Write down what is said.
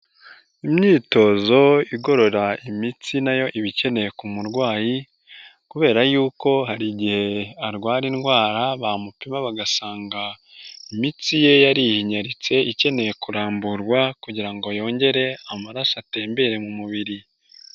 Imyitozo igorora imitsi na yo iba ikenewe ku murwayi kubera yuko hari igihe arwara indwara, bamupima bagasanga imitsi ye yariyinyaritse, ikeneye kuramburwa kugira ngo yongere amaraso atembere mu mubiri.